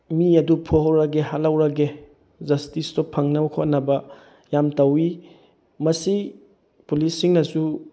ꯃꯤ ꯑꯗꯨꯛ ꯐꯨꯍꯧꯔꯒꯦ ꯍꯥꯠꯍꯧꯔꯒꯦ ꯖꯁꯇꯤꯁꯇꯣ ꯐꯪꯅꯕ ꯈꯣꯠꯅꯕ ꯌꯥꯝ ꯇꯧꯋꯤ ꯃꯁꯤ ꯄꯨꯂꯤꯁꯁꯤꯡꯅꯁꯨ